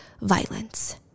violence